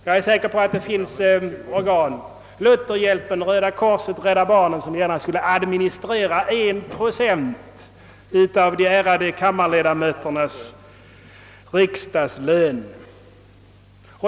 Jag är säker på att det finns organ — Lutherhjälpen, Röda korset, Rädda barnen — som gärna skulle administrera en procent av de ärade kammarledamöternas riksdagslön.